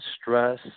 stress